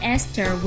Esther